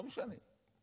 לא משנה,